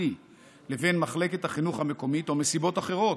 לבין מחלקת החינוך המקומית או מסיבות אחרות,